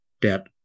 debt